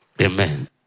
Amen